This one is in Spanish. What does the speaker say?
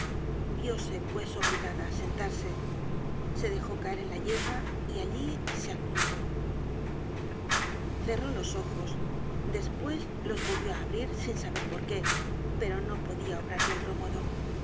paso vióse pues obligada á sentarse se dejó caer en la yerba y allí se acurrucó cerró los ojos despues los volvió á abrir sin saber por qué pero no podia obrar de otro modo